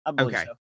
Okay